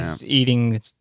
eating